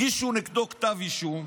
הגישו נגדו כתב אישום,